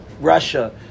Russia